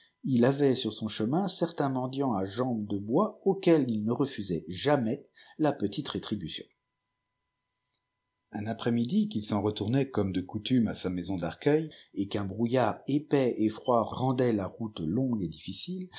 il avait sur son chemin certains mendiants à jambes de bois auxquels il ne refusait jamais la petite rétribution un après-midi qu'il s'en retournait comme de coutume à sa maison d'arcueil et qu'un brouillard épais et froid renrdait la route ibnffue et difficile